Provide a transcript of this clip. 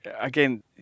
again